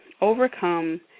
overcome